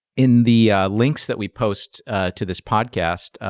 in the links that we post to this podcast,